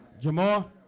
jamal